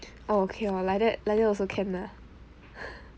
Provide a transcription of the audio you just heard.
orh okay lor like that like that also can ah